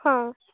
ହଁ